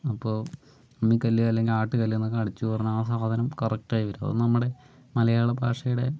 അപ്പോൾ അമ്മിക്കല്ല് അല്ലെങ്കിൽ ആട്ടുകല്ല്ന്നൊക്കെ അടിച്ചു പറഞ്ഞാൽ ആ സാധനം കറക്റ്റായി വരും അത് നമ്മടെ മലയാള ഭാഷയുടെ